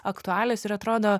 aktualios ir atrodo